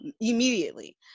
immediately